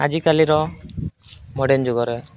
ଆଜିକାଲିର ମଡ଼ର୍ଣ୍ଣ ଯୁଗରେ